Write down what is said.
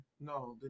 No